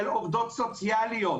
של עובדות סוציאליות,